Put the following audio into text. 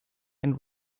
and